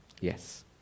Yes